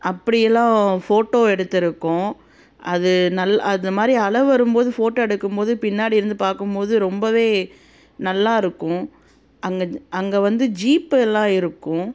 அப்படியெல்லாம் ஃபோட்டோ எடுத்திருக்கோம் அது நல் அது மாதிரி அலை வரும்போது ஃபோட்டோ எடுக்கும்போது பின்னாடி இருந்து பார்க்கும்போது ரொம்பவே நல்லா இருக்கும் அங்கே அங்கே வந்து ஜீப்பெல்லாம் இருக்கும்